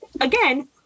again